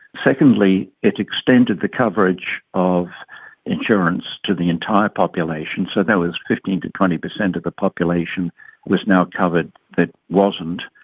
secondly, it extended the coverage of insurance to the entire population, so that was fifteen percent to twenty percent of the population was now covered that wasn't.